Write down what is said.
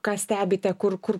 ką stebite kur kur